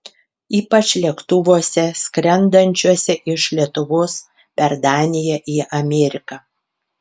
ypač lėktuvuose skrendančiuose iš lietuvos per daniją į ameriką